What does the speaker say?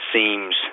seems